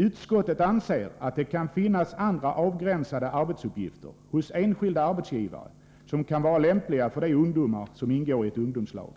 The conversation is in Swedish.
”Utskottet anser att det kan finnas andra avgränsade arbetsuppgifter hos enskilda arbetsgivare som kan vara lämpliga för de ungdomar som ingår i ett ungdomslag.